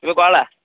তুমি কৰালা